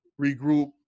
regroup